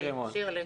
שירלי,